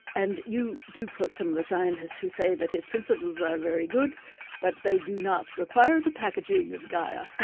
and you do quote some of the scientists who say that his principles are very good but they do not require the packaging of gaia.